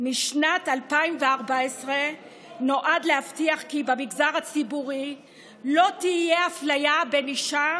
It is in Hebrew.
משנת 2014 נועד להבטיח כי במגזר הציבורי לא תהיה אפליה בין אישה